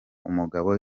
umugabo